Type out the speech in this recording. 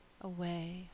away